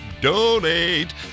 donate